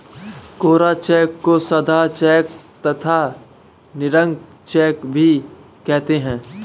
कोरा cheque को सादा cheque तथा निरंक चेक भी कहते हैं